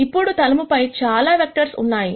ఇప్పుడు తలము పై చాలా వెక్టర్స్ ఉన్నాయి